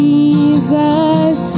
Jesus